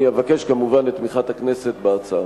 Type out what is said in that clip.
אני אבקש כמובן את תמיכת הכנסת בהצעה.